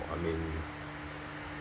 I mean